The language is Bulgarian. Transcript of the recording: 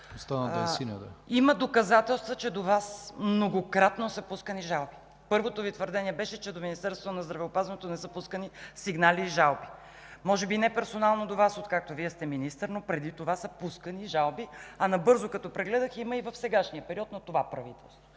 Има доказателства, че до Вас многократно са пускани жалби. Първото Ви твърдение беше, че до Министерството на здравеопазването не са пускани сигнали и жалби. Може би не персонално до Вас, откакто Вие сте министър, но преди това са пускани жалби. Набързо като прегледах, има пускани и в периода на това правителство.